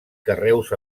carreus